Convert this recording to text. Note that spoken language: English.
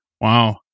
Wow